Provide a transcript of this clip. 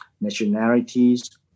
nationalities